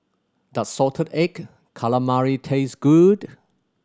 does salted egg calamari taste good